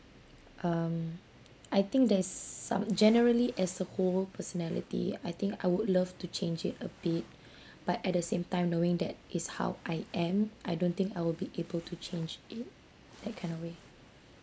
um I think there's some generally as a whole personality I think I would love to change it a bit but at the same time knowing that is how I am I don't think I will be able to change it that kind of way